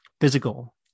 physical